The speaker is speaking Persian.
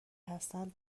هستند